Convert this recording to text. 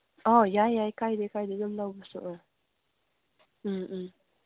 ꯑꯣ ꯌꯥꯏ ꯌꯥꯏ ꯀꯥꯏꯗꯦ ꯀꯥꯏꯗꯦ ꯑꯗꯨꯝ ꯂꯧꯕꯁꯨ ꯑ ꯎꯝ ꯎꯝ